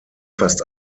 fast